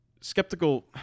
skeptical